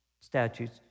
statutes